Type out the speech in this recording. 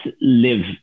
live